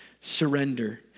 surrender